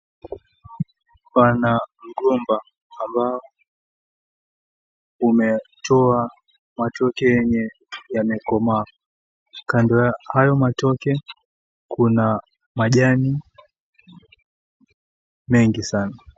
Pana mgomba, ambao umetoa matoke yenye yamekomaa. Kando ya hayo matoke kuna majani mengi sana.